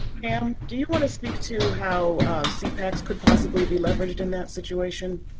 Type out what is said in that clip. pam, do you want to speak to how sepacs could possibly be leveraged in that situation?